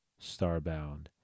starbound